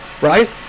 Right